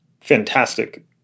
Fantastic